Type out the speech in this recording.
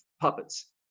puppets